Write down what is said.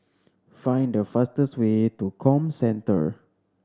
find the fastest way to Comcentre